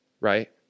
right